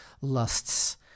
lusts